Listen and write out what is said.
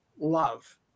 love